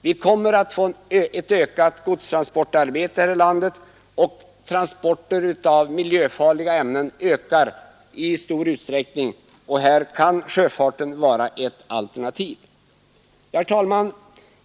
Vi kommer att få ett ökat godstransportarbete här i landet och transporterna av miljöfarliga ämnen ökar i stor utsträckning, och här kan sjöfarten vara ett alternativ. Herr talman!